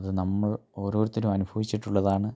അത് നമ്മൾ ഓരോരുത്തരും അനുഭവിച്ചിട്ടുള്ളതാണ്